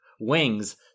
wings